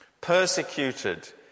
Persecuted